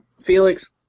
felix